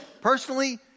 Personally